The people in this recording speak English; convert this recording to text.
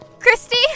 Christy